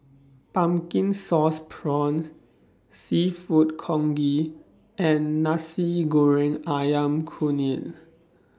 Pumpkin Sauce Prawns Seafood Congee and Nasi Goreng Ayam Kunyit